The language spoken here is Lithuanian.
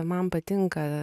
man patinka